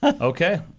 Okay